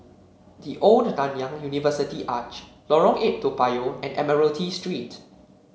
The Old Nanyang University Arch Lorong Eight Toa Payoh and Admiralty Street